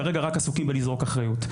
כרגע רק עסוקים בלזרוק אחריות.